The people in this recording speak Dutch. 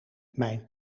mijn